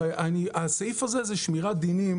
הסעיף הזה הוא שמירת דינים.